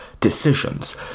decisions